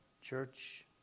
church